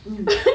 mmhmm